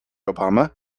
obama